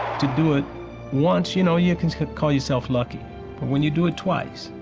to do it once, you know, you can call yourself lucky. but when you do it twice,